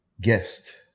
guest